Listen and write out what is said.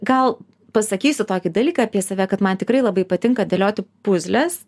gal pasakysiu tokį dalyką apie save kad man tikrai labai patinka dėlioti puzles